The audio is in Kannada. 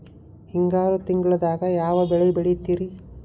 ಹಿಂಗಾರು ತಿಂಗಳದಾಗ ಯಾವ ಬೆಳೆ ಬೆಳಿತಿರಿ?